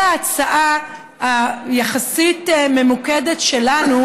אחרי ההצעה היחסית ממוקדת שלנו,